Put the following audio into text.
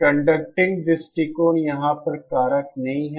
conducting दृष्टिकोण यहां पर कारक नहीं है